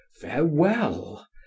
farewell